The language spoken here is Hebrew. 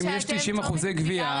אם יש 90 אחוזי גבייה,